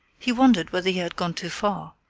he wondered whether he had gone too far,